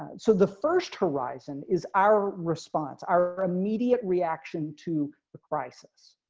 so the first horizon is our response. our immediate reaction to the crisis,